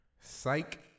Psych